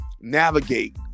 navigate